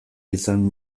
izan